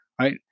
Right